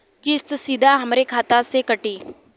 किस्त सीधा हमरे खाता से कटी?